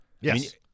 Yes